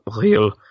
real